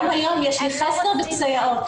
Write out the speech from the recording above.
גם היום יש לי חסר בסייעות,